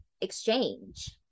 exchange